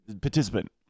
Participant